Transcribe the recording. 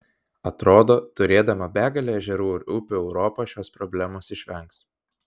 atrodo turėdama begalę ežerų ir upių europa šios problemos išvengs